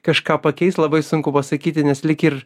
kažką pakeis labai sunku pasakyti nes lyg ir